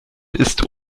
ist